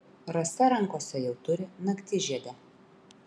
rasa rankose jau turi naktižiedę